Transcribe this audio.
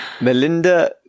Melinda